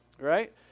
right